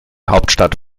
hauptstadt